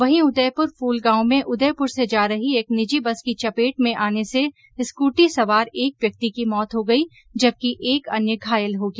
वहीं उदयपुर फूल गांव में उदयपुर से जा रही एक निजी बस की चपेट में आने से स्कूटी सवार एक व्यक्ति की मौत हो गयी जबकि एक अन्य घायल हो गया